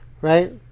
Right